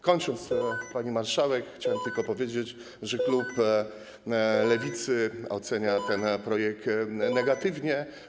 Kończąc, pani marszałek, chciałem tylko powiedzieć, że klub Lewicy ocenia ten projekt negatywnie.